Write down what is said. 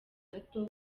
gato